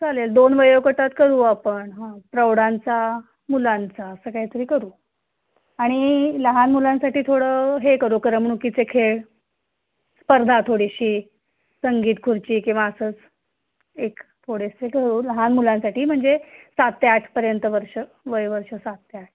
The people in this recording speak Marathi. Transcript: चालेल दोन वयोगटात करू आपण हा प्रौढांचा मुलांचा असं काहीतरी करू आणि लहान मुलांसाठी थोडं हे करू करमणुकीचे खेळ स्पर्धा थोडीशी संगीत खुर्ची किंवा असंच एक थोडेसे करू लहान मुलांसाठी म्हणजे सात ते आठपर्यंत वर्ष वयवर्ष सात ते आठ